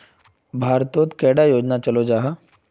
भारत तोत कैडा योजना चलो जाहा?